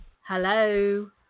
Hello